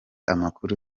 amakuru